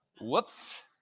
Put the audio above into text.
Whoops